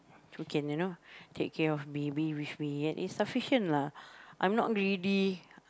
who can you know take care of me be with me and it's sufficient lah I'm not greedy